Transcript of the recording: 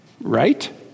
right